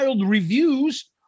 reviews